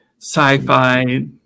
sci-fi